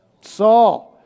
Saul